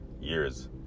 years